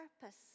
purpose